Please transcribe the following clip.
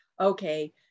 okay